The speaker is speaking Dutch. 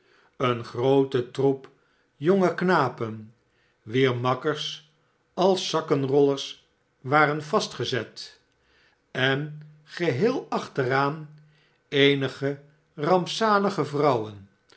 een grooten troep jonge knapen wier makkers als zakkenrollers waren vastgezet en geheel achteraan eenige rampzalige vrouwen